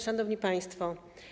Szanowni Państwo!